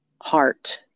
heart